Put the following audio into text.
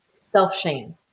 self-shame